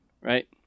right